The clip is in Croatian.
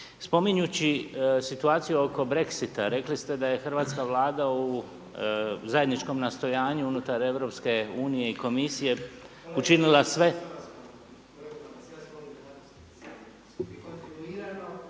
Spominjući situaciju oko Brexita, rekli ste da je hrvatska Vlada u zajedničkom nastojanju unutar EU i Komisije učinila